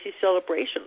celebrations